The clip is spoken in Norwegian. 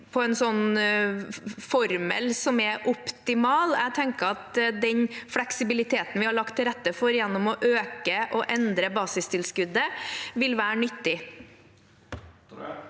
på en slik formel som er optimal. Jeg tenker at den fleksibiliteten vi har lagt til rette for gjennom å øke og endre basistilskuddet, vil være nyttig.